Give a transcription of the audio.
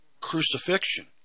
crucifixion